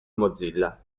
mozilla